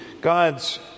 God's